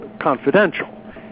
confidential